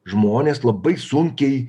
žmonės labai sunkiai